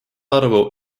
arvu